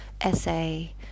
essay